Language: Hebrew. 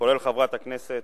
כולל חברת הכנסת,